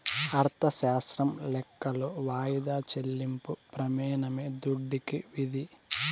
అర్ధశాస్త్రం లెక్కలో వాయిదా చెల్లింపు ప్రెమానమే దుడ్డుకి విధి